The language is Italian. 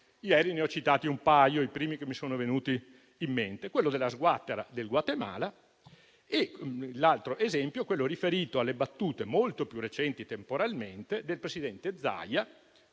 Ieri ne ho citati un paio, i primi che mi sono venuti in mente, ossia quello della «sguattera del Guatemala» e quello riferito alle battute, molto più recenti temporalmente, del presidente Zaia